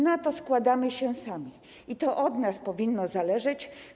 Na to składamy się sami i to od nas powinno zależeć.